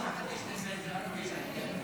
39), התשפ"ד 2024, נתקבל.